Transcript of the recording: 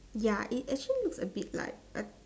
ya it actually looks abit like